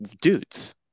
dudes